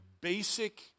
basic